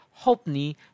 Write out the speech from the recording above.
Hopni